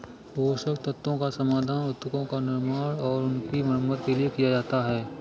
पोषक तत्वों का समाधान उत्तकों का निर्माण और उनकी मरम्मत के लिए किया जाता है